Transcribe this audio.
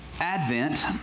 Advent